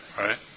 right